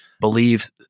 believe